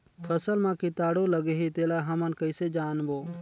फसल मा कीटाणु लगही तेला हमन कइसे जानबो?